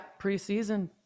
preseason